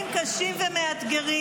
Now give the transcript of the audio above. רגע, אז מה.